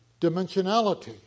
dimensionality